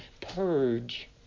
purge